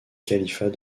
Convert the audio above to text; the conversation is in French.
califat